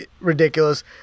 ridiculous